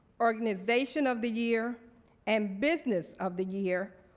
organization of the year and business of the year,